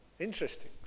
interesting